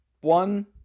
one